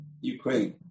Ukraine